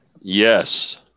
Yes